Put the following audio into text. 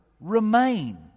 remain